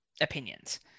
opinions